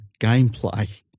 gameplay